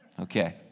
Okay